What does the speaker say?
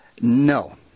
No